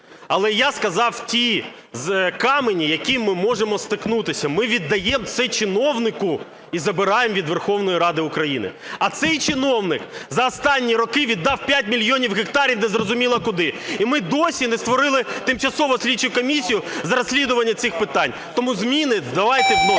Але я сказав ті камені, з якими ми можемо стикнутися. Ми віддаємо це чиновнику і забираємо від Верховної Ради України, а цей чиновник за останні роки віддав 5 мільйонів гектарів незрозуміло куди. І ми досі не створили тимчасову слідчу комісію з розслідування цих питань. Тому зміни давайте вносити.